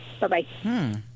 bye-bye